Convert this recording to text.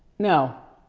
no.